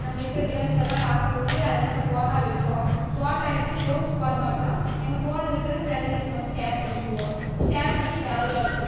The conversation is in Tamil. அங்கே இருக்கிற விலங்குகளெலாம் பார்க்கும் போது அதிலிருக்கற ஃபோட்டோவை எடுப்போம் ஃபோட்டோ எடுத்து போஸ்ட் போட மாட்டோம் எங்கள் ஃபோனில் இருக்கிறத ஃபிரண்டுக்ளுக்கு மட்டும் ஸேர் பண்ணிக்குவோம் ஸேர் பண்ணி ஜாலியாக இருப்போம்